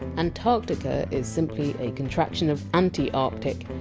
antarctica is simply a contraction of! anti arctic,